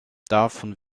davon